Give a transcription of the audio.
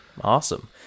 Awesome